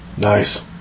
Nice